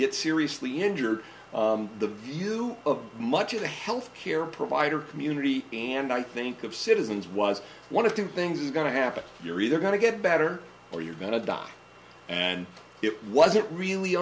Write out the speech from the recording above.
get seriously injured the view of much of the health care provider community and i think of citizens was one of two things is going to happen you're either going to get better or you're going to die and it wasn't really